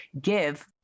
give